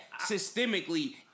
systemically—